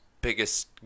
biggest